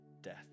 death